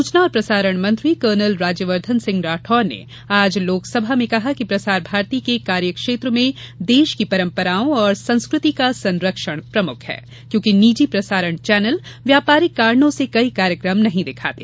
सूचना और प्रसारण मंत्री कर्नल राज्यवर्धन सिंह राठौड़ ने आज लोक सभा में कहा कि प्रसार भारती के कार्यक्षेत्र में देश की परंपराओं और संस्कृति का संरक्षण प्रमुख है क्योंकि निजी प्रसारण चैनल व्यापारिक कारणों से कई कार्यक्रम नहीं दिखाते